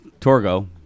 Torgo